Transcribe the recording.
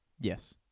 Yes